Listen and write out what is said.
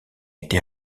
été